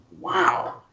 wow